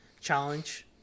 challenge